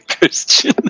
Christian